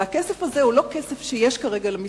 הרי הכסף הזה הוא לא כסף שיש כרגע למשרד.